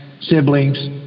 siblings